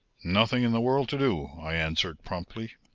nothing in the world to do! i answered promptly.